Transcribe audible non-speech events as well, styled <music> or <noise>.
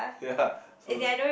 ya <laughs> so